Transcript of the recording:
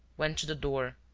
went to the door,